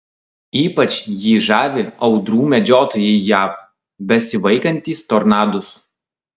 ypač jį žavi audrų medžiotojai jav besivaikantys tornadus